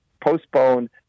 postpone